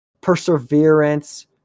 Perseverance